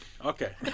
Okay